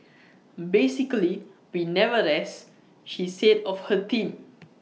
basically we never rest she said of her team